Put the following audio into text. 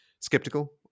Skeptical